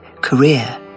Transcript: career